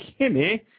Kimmy